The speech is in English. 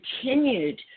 continued